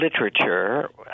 literature